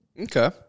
Okay